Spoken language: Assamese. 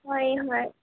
হয় হয়